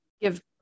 give